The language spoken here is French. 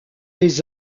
les